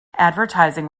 advertising